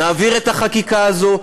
נעביר את החקיקה הזו,